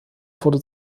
wurde